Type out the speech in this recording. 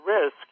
risk